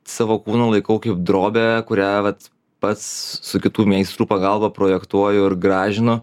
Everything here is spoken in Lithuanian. savo kūną laikau kaip drobę kurią vat pats su kitų meistrų pagalba projektuoju ir gražinu